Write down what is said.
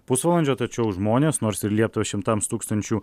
pusvalandžio tačiau žmonės nors ir liepta šimtams tūkstančių